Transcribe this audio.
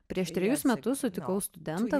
prieš trejus metus sutikau studentą